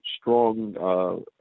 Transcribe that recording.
strong